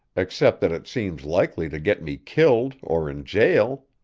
except that it seems likely to get me killed or in jail.